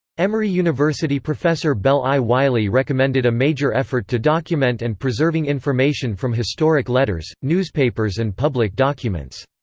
emory university professor bell i. wiley recommended a major effort to document and preserving information from historic letters, newspapers and public documents.